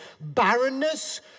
barrenness